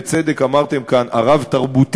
בצדק אמרתם כאן,